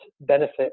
benefit